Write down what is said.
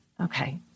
okay